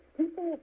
people